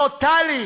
טוטלי.